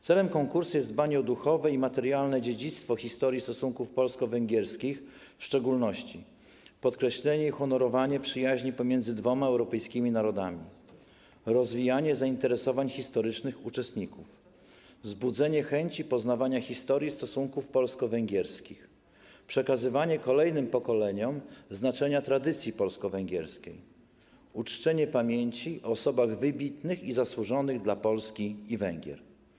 Celem konkursu jest dbanie o duchowe i materialne dziedzictwo historii stosunków polsko-węgierskich, w szczególności podkreślenie i honorowanie przyjaźni pomiędzy dwoma europejskimi narodami, rozwijanie zainteresowań historycznych uczestników, wzbudzenie chęci poznawania historii stosunków polsko-węgierskich, przekazywanie kolejnym pokoleniom znaczenia tradycji polsko-węgierskiej, uczczenie pamięci o osobach wybitnych i zasłużonych dla Polski i Węgier.